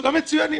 כולם מצוינים,